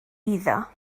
iddo